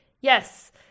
yes